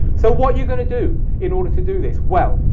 so what you going to do in order to do this? well,